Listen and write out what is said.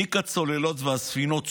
תיק הצוללות והספינות צולל,